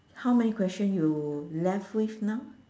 how many question you left with now